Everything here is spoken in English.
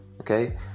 okay